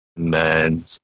men